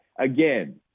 Again